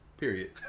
Period